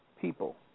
people